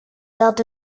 dat